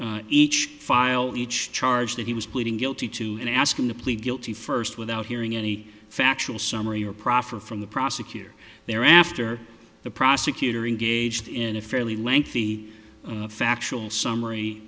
through each file each charge that he was pleading guilty to and ask him to plead guilty first without hearing any factual summary or proffer from the prosecutor there after the prosecutor engaged in a fairly lengthy factual summary